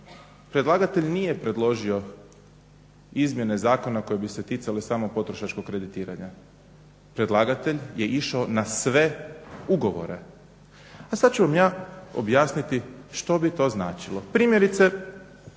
predlagatelj nije predložio izmjene zakona koje bi se ticale samo potrošačkog kreditiranja. Predlagatelj je išao na sve ugovore, a sad ću vam ja objasniti što bi to značilo. Primjerice,